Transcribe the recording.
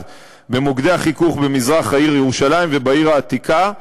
במוקדי החיכוך במזרח העיר ירושלים ובעיר העתיקה,